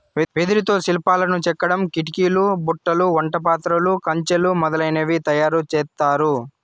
వెదురుతో శిల్పాలను చెక్కడం, కిటికీలు, బుట్టలు, వంట పాత్రలు, కంచెలు మొదలనవి తయారు చేత్తారు